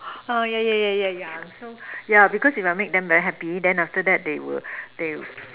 ah yeah yeah yeah yeah yeah so yeah because if I make them very happy then after that they will they